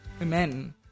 Men